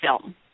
film